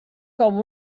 com